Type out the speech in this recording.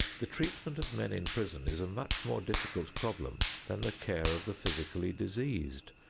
the treatment of men in prison is a much more difficult problem than the care of the physically diseased.